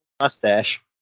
Mustache